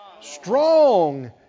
Strong